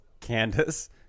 Candace